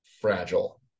fragile